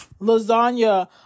lasagna